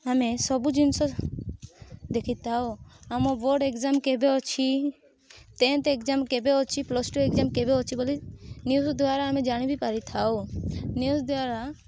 ଆମେ ସବୁ ଜିନିଷ ଦେଖିଥାଉ ଆମ ବୋର୍ଡ଼ ଏକ୍ଜାମ କେବେ ଅଛି ଟେନଥ୍ ଏକ୍ଜାମ କେବେ ଅଛି ପ୍ଲସ ଟୁ ଏକ୍ଜାମ କେବେ ଅଛି ବୋଲି ନିଉଜ ଦ୍ବାରା ଆମେ ଜାଣି ବି ପାରିଥାଉ ନିଉଜ ଦ୍ବାରା